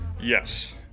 Yes